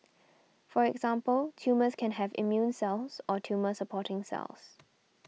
for example tumours can have immune cells or tumour supporting cells